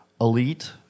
Elite